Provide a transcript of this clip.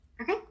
Okay